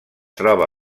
troba